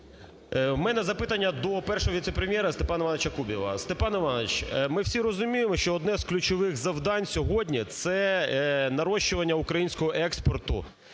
У мене запитання до Першого віце-прем'єра Степана ІвановичаКубіва. Степан Іванович, ми всі розуміємо, що одне з ключових завдань сьогодні, це нарощування українського експорту